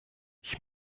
ich